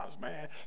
man